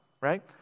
right